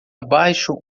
abaixo